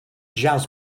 jazz